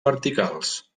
verticals